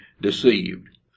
deceived